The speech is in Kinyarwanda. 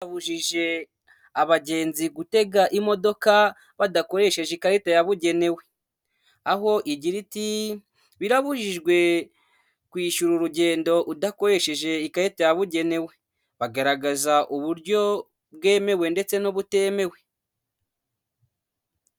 Babujije abagenzi gutega imodoka badakoresheje ikarita yabugenewe. Aho igira iti'' Birabujijwe kwishyura urugendo udakoresheje ikarita yabugenewe.'' Bagaragaza uburyo bwemewe ndetse n'ubutemewe.